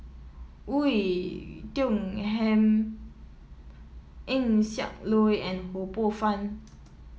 Oei Tiong Ham Eng Siak Loy and Ho Poh Fun